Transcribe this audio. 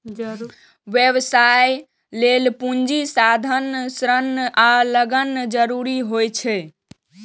व्यवसाय लेल पूंजी, संसाधन, श्रम आ लगन जरूरी होइ छै